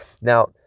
Now